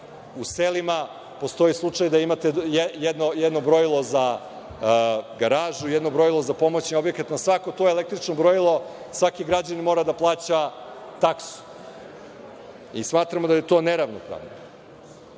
u selima postoje slučajevi da imate jedno brojilo za garažu, jedno brojilo za pomoćni objekat, pa svako to električno brojilo, svaki građanin mora da plaća taksu. Smatramo da je to neravnopravno. Sasvim